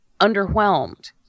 underwhelmed